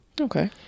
okay